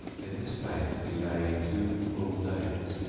in this place he lay two full days,